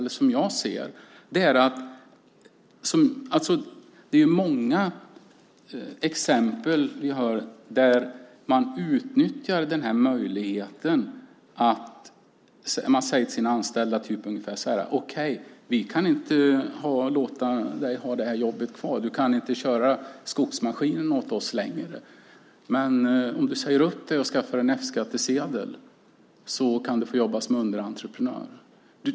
Det finns många exempel på att man utnyttjar möjligheten och säger till sin anställd: Vi kan inte låta dig ha jobbet kvar. Du kan inte köra skogsmaskinen åt oss längre. Men om du säger upp dig och skaffar en F-skattsedel kan du få jobb som underentreprenör.